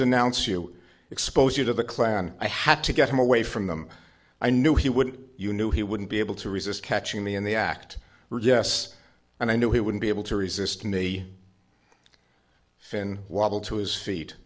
denounce you expose you to the clan i had to get him away from them i knew he would you knew he wouldn't be able to resist catching me in the act yes and i knew he would be able to resist me fin wobble to his feet